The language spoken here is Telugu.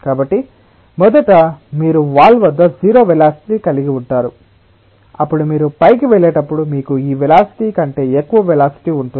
కాబట్టి మొదట మీరు వాల్ వద్ద 0 వెలాసిటి ని కలిగి ఉంటారు అప్పుడు మీరు పైకి వెళ్ళేటప్పుడు మీకు ఈ వెలాసిటి కంటే ఎక్కువ వెలాసిటి ఉంటుంది